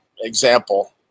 example